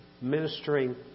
ministering